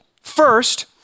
First